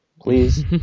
please